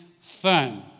firm